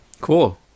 Cool